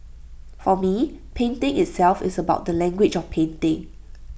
for me painting itself is about the language of painting